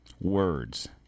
Words